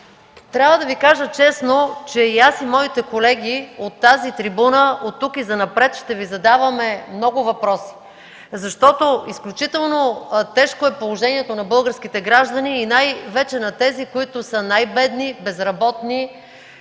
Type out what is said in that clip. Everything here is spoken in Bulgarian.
Трябва да Ви кажа честно, че и аз, и моите колеги от тази трибуна, оттук и занапред ще Ви задаваме много въпроси. Изключително тежко е положението на българските граждани и най-вече на тези, които са най-бедни, безработни,